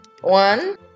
One